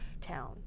town